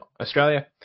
Australia